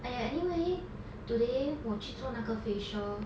!aiya! anyway today 我去做那个 facial